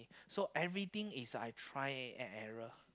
so everything is I try and error